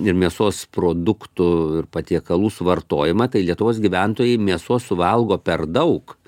ir mėsos produktų ir patiekalų suvartojimą tai lietuvos gyventojai mėsos suvalgo per daug